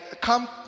come